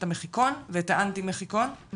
את המחיקון ואת האנטי מחיקון,